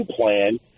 plan